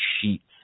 sheets